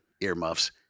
earmuffs